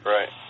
Right